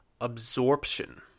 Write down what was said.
absorption